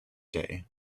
day